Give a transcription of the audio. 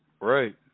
Right